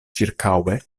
ĉirkaŭe